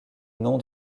nom